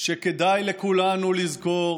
שכדאי לכולנו לזכור: